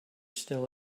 still